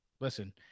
Listen